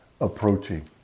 approaching